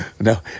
No